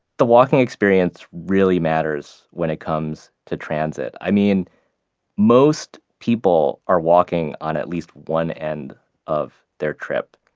the walking experience really matters when it comes to transit. i mean most people are walking on at least one end of their trip.